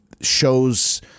shows